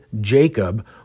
Jacob